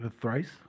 thrice